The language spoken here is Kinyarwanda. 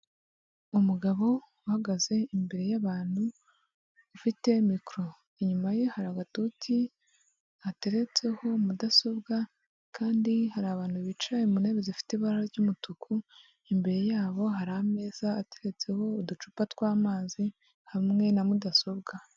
Umugabo uhagaze imbere y'abantu ufite mikoro, inyuma ye hari agatuti hateretseho mudasobwa kandi hari abantu bicaye mu ntebe zifite ibara ry'umutuku, imbere yabo hari ameza ateretseho uducupa tw'amazi hamwe na mudasobwa.